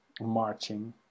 marching